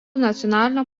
nacionalinio